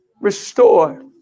Restore